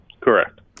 Correct